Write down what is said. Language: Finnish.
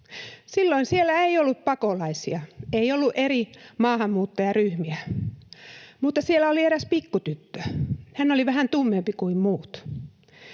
Silloin siellä ei ollut pakolaisia, ei ollut eri maahanmuuttajaryhmiä, mutta siellä oli eräs pikkutyttö. Hän oli vähän tummempi kuin muut.